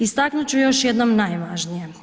Istaknut ću još jednom najvažnije.